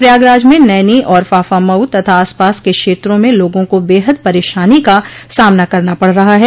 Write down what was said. प्रयागराज में नैनी और फाफामऊ तथा आसपास के क्षेत्रों में लोगों को बेहद परेशानी का सामना करना पड़ रहा है